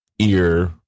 ear